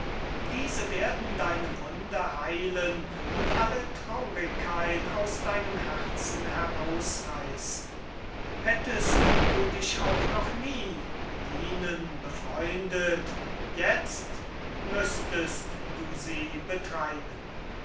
diese werden deine wunde heilen und alle traurigkeit herausreißen hättest du dich auch noch nie mit ihnen befreundet jetzt müßtest du sie betreiben